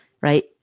right